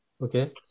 Okay